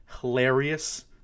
hilarious